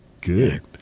Good